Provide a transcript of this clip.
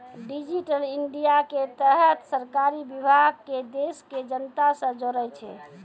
digital India के तहत सरकारी विभाग के देश के जनता से जोड़ै छै